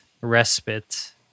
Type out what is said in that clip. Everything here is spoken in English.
respite